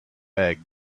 egg